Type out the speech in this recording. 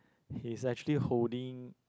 he's actually holding